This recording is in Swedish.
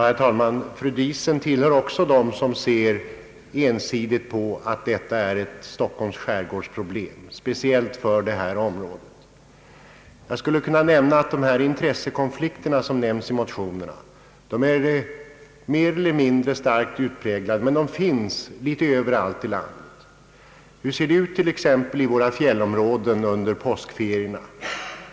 Herr talman! Fru Diesen tillhör dem som ensidigt anser att detta är ett problem speciellt för Stockholms skärgård. De intressekonflikter som nämns i motionerna är mer eller mindre starkt utpräglade litet överallt i landet. Hur ser det ut t.ex. i våra fjällområden under påskferierna?